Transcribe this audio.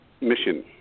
mission